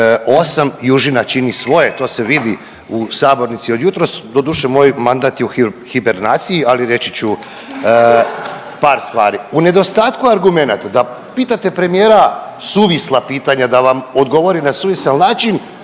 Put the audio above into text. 238. južina čini svoje, to se vidi u sabornici od jutros. Doduše moj mandat je u hibernaciji ali reći ću par stvari. U nedostatku argumenata da pitate premijera suvisla pitanja, da vam odgovori na suvisao način